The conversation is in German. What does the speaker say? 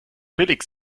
billig